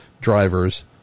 drivers